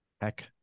Heck